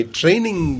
training